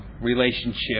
relationship